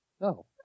No